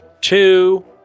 Two